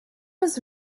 was